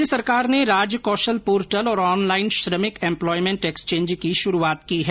राज्य सरकार ने राज कौशल पोर्टल और ऑनलाइन श्रमिक एम्पलॉयमेंट एक्सचेंज की शुरूआत की है